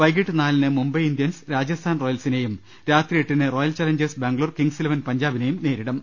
വൈകിട്ട് നാലിന് മുംബൈ ഇന്ത്യൻസ് രാജസ്ഥാൻ റോയൽസിനെയും രാത്രി എട്ടിന് royal challengers Bangalore kings eleven പഞ്ചാബി നെയും നേരിടും